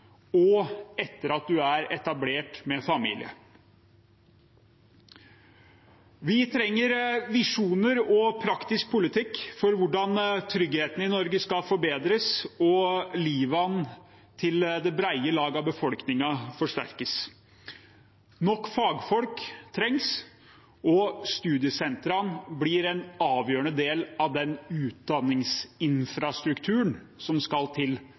etter at en er etablert med familie. Vi trenger visjoner og praktisk politikk for hvordan tryggheten i Norge skal forbedres, og livet til det brede lag av folket forsterkes. Nok fagfolk trengs, og studiesentra blir en avgjørende del av den utdanningsinfrastrukturen som skal til